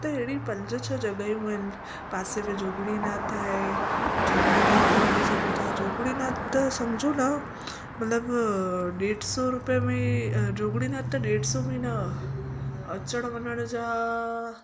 त अहिड़ी पंज छह जॻहियूं आहिनि पासे में जोगणीनाथ आहे जोगणीनाथ बि वञी सघूं था जोगणीनाथ त सम्झो न मतिलब ॾेढ सौ रुपए में जोगणीनाथ त ॾेढ सौ में न अचनि वञण जा